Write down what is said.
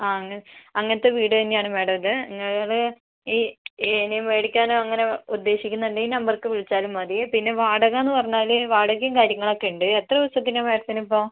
ആ അങ്ങനെ അങ്ങനത്തെ വീട് തന്നെയാണ് മാഡം ഇത് ഞങ്ങൾ ഈ ഇനിയും മേടിക്കാനോ അങ്ങനെ ഉദ്ദേശിക്കുന്നുണ്ടെങ്കിൽ ഈ നമ്പറിലേക്ക് വിളിച്ചാലും മതി പിന്നെ വാടക എന്ന് പറഞ്ഞാൽ വാടകയും കാര്യങ്ങളൊക്കെ ഉണ്ട് എത്ര ദിവസത്തിനാണ് മാഡത്തിനിപ്പോൾ